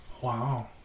Wow